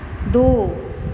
दो